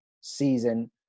season